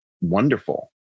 wonderful